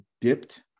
dipped